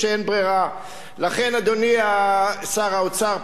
לכן, אדוני שר האוצר, פשוט נכנסת ואני,